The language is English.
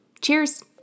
Cheers